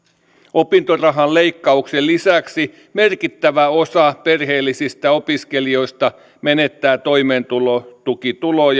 opintorahan leikkauksen lisäksi merkittävä osa perheellisistä opiskelijoista menettää toimeentulotukituloa